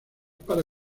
para